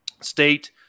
state